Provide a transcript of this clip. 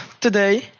today